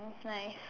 nice